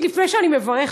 תודה